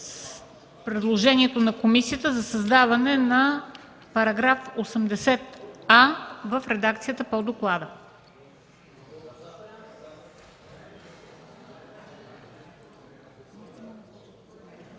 предложението на комисията за създаване на § 80а в редакцията по доклада.